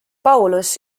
paulus